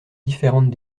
différentes